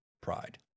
Pride